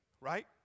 right